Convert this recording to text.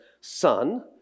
son